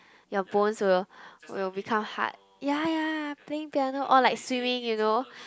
your bones will will become hard ya ya playing piano or like swimming you know